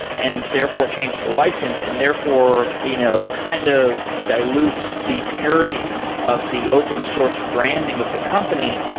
and therefore changes the license, and therefore you know kind of dilutes the purity of the open source branding of the company,